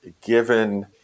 given